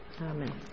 Amen